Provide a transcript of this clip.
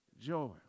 joy